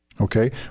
Okay